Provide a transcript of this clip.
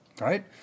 right